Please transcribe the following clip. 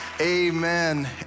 amen